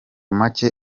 make